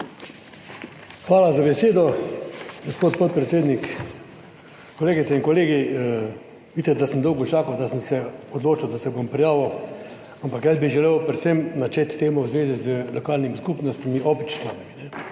Hvala za besedo, gospod podpredsednik! Kolegice in kolegi! Vidite, da sem dolgo čakal, da sem se odločil, da se bom prijavil, ampak jaz bi želel predvsem načeti temo v zvezi z lokalnimi skupnostmi, občinami.